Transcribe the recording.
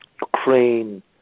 Ukraine